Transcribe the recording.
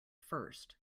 first